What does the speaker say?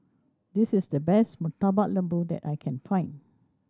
this is the best Murtabak Lembu that I can find